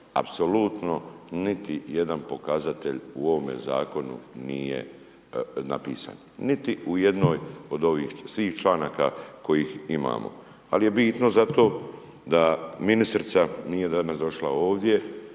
apsolutno niti jedan pokazatelj u ovome zakonu nije napisan. Niti u jednom od ovih svih članaka kojih imamo. Ali je bitno zato da ministrica nije danas došla ovdje,